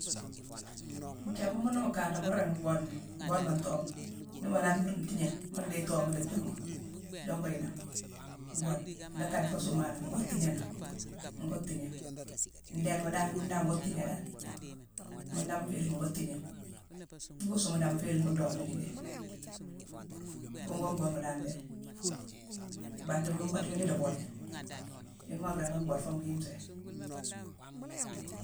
Nthiaabma mune ni mu kanrami, mu ringi bhoodemi, bhoodemi an tooma ni ma laani mbuuru ntiigné, mu la déye itooma la jongu, jongu yi nangh, mu boode. Nlaa kaye foo suumané ngo tiigné nangh. Ngo tiigné. Ndélema dan, mune dan ngo tiigné dan. Mune dan mu féérimi, ngo tiigné. Guusuma dan mu féérine ngo docké gnoju idée. Buughone nkurma dan mbéé. Ibantima, mu kottu yune ila boojé. Yune moo ringi boode foo ngwii nséégh.